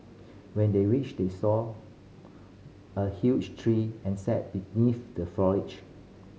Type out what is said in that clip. when they reached they saw a huge tree and sat beneath the foliage